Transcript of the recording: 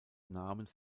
namens